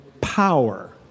power